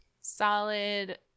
solid